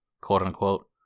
quote-unquote